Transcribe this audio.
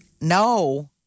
No